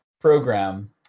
program